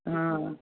हा